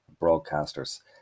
broadcasters